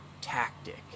Tactic